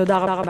תודה רבה.